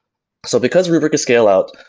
so because rubrik is scale-out,